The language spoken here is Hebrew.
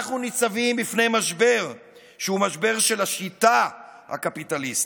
אנחנו ניצבים בפני משבר שהוא משבר של השיטה הקפיטליסטית: